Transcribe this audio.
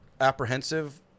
apprehensive